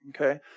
Okay